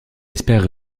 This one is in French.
espère